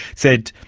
said,